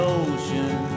ocean